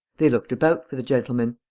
they looked about for the gentleman.